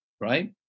right